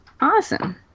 Awesome